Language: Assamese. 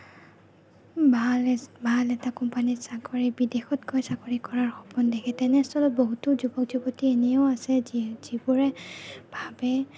ভাল ভাল এটা কোম্পানিত চাকৰি বিদেশত গৈ চাকৰি কৰাৰ সপোন দেখে তেনেস্থলত বহুতো যুৱক যুৱতীয়ে এনেও আছে যিবোৰে ভাৱে